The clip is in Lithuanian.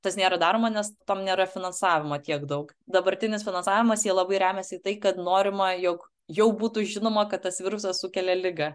tas nėra daroma nes tam nėra finansavimo tiek daug dabartinis finansavimas jie labai remiasi į tai kad norima jog jau būtų žinoma kad tas virusas sukelia ligą